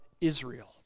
Israel